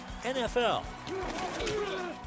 NFL